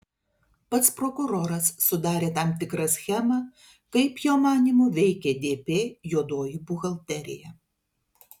pats prokuroras sudarė tam tikrą schemą kaip jo manymu veikė dp juodoji buhalterija